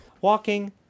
walking